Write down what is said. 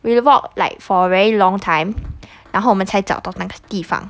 we walk like for very long time 然后我们才找到那个地方